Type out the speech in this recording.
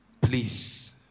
Please